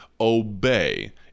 obey